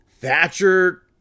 Thatcher